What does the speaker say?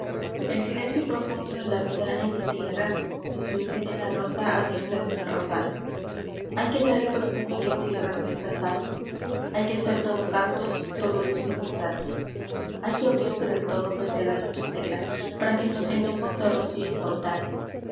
m venció profundo de la vida en la tierra os lo enseña la rosa lerta en el rosal hay que ar ej perfume que encierran nuestras almas f e d e r i c o g l o r c hay que ser todo cantos todo luz y bondad ihay que abrirse del todo frente a la noche negra para que nos llenemos de rocío inmortal